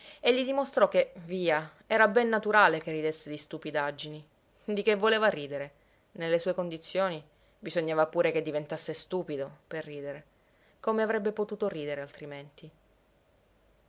e gli dimostrò che via era ben naturale che ridesse di stupidaggini di che voleva ridere nelle sue condizioni bisognava pure che diventasse stupido per ridere come avrebbe potuto ridere altrimenti